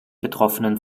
betroffenen